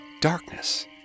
Darkness